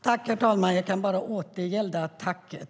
Herr talman! Jag kan bara återgälda tacket.